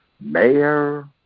mayor